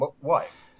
wife